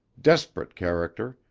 desperate character,